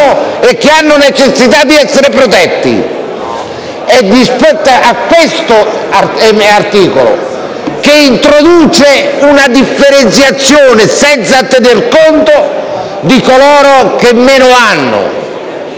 e che hanno necessità di essere protetti. Questo articolo, invece, introduce una differenziazione senza tenere conto di coloro che meno hanno.